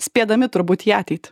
spėdami turbūt į ateitį